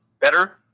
better